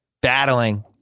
battling